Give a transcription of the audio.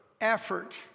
effort